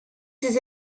ses